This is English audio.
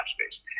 space